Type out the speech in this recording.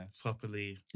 properly